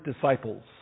disciples